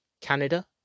Canada